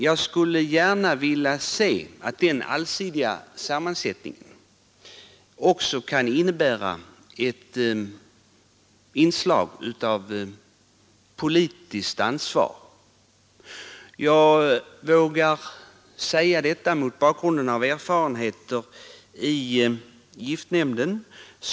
Jag skulle gärna se att den allsidiga sammansättningen också kan innebära ett inslag av politiskt ansvar. Jag vågar säga detta mot bakgrunden av erfarenheter i giftnämnden.